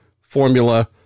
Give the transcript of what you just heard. formula